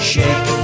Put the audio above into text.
Shake